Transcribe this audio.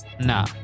Nah